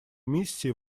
миссии